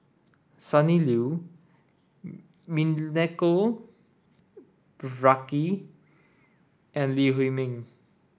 Sonny Liew Milenko Prvacki and Lee Huei Min